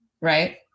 right